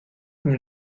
comme